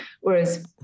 Whereas